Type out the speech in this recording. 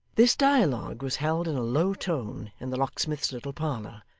this dialogue was held in a low tone in the locksmith's little parlour,